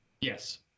Yes